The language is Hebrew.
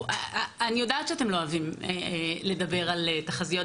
אני יודעת שאתם לא אוהבים לדבר על תחזיות,